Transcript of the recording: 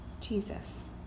Jesus